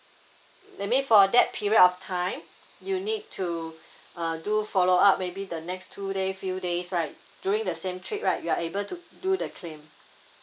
that mean for that period of time you need to uh do follow up maybe the next two day few days right during the same trip right you are able to do the claim